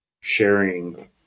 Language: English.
sharing